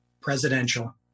presidential